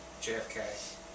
JFK